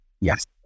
Yes